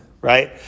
right